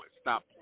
Stop